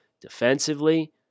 defensively